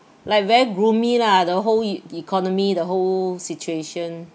like very gloomy lah the whole e~ economy the whole situation